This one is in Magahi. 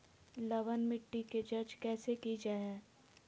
लवन मिट्टी की जच कैसे की जय है?